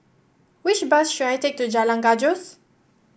which bus should I take to Jalan Gajus